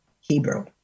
Hebrew